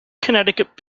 connecticut